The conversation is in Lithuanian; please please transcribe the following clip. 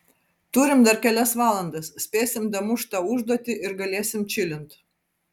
turim dar kelias valandas spėsim damušt tą užduotį ir galėsim čilint